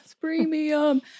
premium